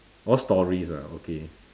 more stories ah okay